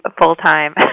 full-time